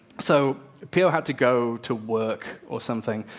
so pio had to go to work or something,